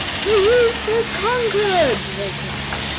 the youth has conquered! they cried.